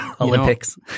Olympics